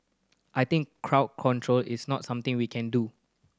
I think crowd control is not something we can do